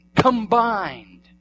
combined